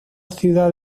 ciudad